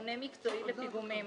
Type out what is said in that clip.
לבונה מקצועי לפיגומים.